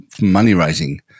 money-raising